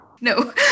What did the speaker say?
No